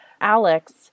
Alex